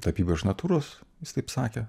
tapybą iš natūros jis taip sakė